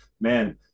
man